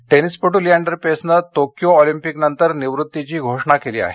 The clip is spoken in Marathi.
पेस् टेनिसपटू लिएंडर पेसने टोक्यो ऑलिम्पिकनंतर निवृत्तीची घोषणा केली आहे